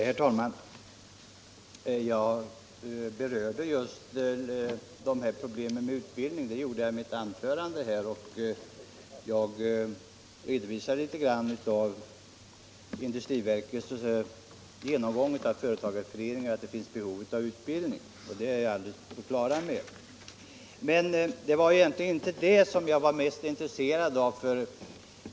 Herr talman! Jag berörde utbildningsproblemet i mitt anförande och redogjorde litet för industriverkets genomgång av företagareföreningarna som visar att det finns behov av utbildning. Det är jag fullt på det klara med. Men det var egentligen inte det jag var mest intresserad av.